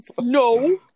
No